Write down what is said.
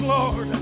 Lord